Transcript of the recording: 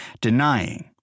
denying